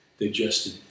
digested